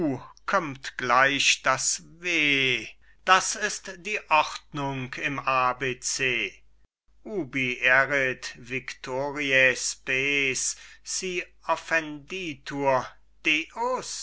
kömmt gleich das weh das ist die ordnung im abc ubi erit victoriae